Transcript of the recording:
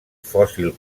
fòssil